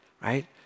right